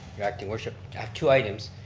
your acting worship. i have two items.